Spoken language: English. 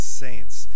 saints